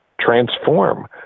transform